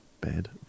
Bed